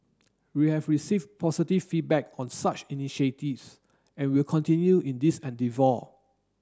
we have received positive feedback on such initiatives and will continue in this endeavour